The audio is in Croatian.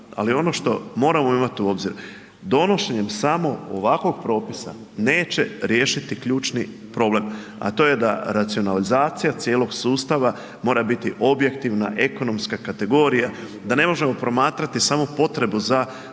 Ali ono što moramo imati u obzir, donošenjem samo ovakvog propisa neće riješiti ključni problem a to je da racionalizacija cijelog sustava mora biti objektivna, ekonomska kategorija, da ne možemo promatrati samo potrebu za vodom,